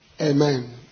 Amen